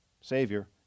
Savior